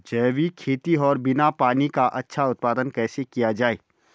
जैविक खेती और बिना पानी का अच्छा उत्पादन कैसे किया जाए?